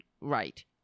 right